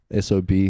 SOB